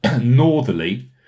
northerly